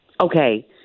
Okay